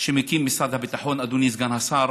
שמקים משרד הביטחון, אדוני סגן השר.